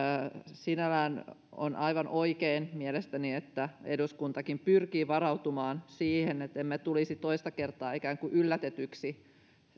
sinällään on mielestäni aivan oikein että eduskuntakin pyrkii varautumaan siihen että emme tulisi toista kertaa ikään kuin yllätetyiksi